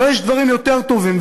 אבל יש דברים יותר טובים.